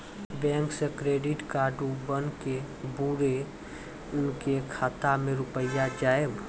Bank से credit card बन के बुरे उनके खाता मे रुपिया जाएब?